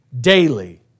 daily